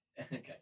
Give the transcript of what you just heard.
okay